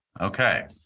Okay